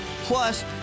Plus